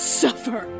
suffer